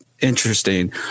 interesting